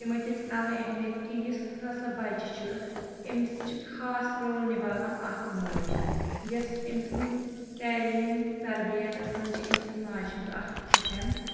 یِمَو دِژ اَوے اہمِیت کہِ یُس ہسا بَچہٕ چھُ أمِس چھُ خاص رول نَباوان اکھ موج یۄس أمۍ سُنٛد تعلیٖم تربِیٖتَس منٛز چھِ أمۍ سُنٛد ماجہِ ہُند اکھ اَہم